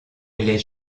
les